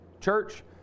Church